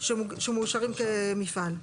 שמאושרים כמפעל.